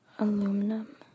Aluminum